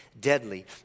deadly